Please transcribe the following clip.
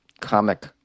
comic